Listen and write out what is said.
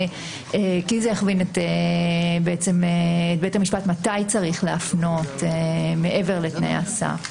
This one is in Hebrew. כי זה יכווין את בית המשפט מתי צריך להפנות מעבר לתנאי הסף.